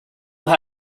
will